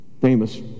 famous